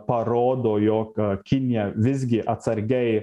parodo jog kinija visgi atsargiai